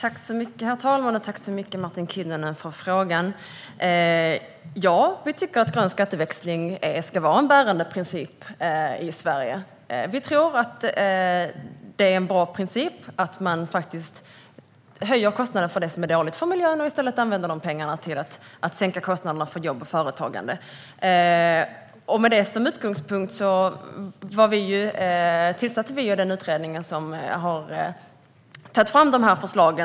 Herr talman! Jag tackar Martin Kinnunen för frågan. Ja, vi tycker att grön skatteväxling ska vara en bärande princip i Sverige. Vi tror att det är en bra princip att man faktiskt höjer kostnaderna för det som är dåligt för miljön och i stället använder dessa pengar till att sänka kostnaderna för jobb och företagande. Med detta som utgångspunkt tillsatte vi den utredning som har tagit fram dessa förslag.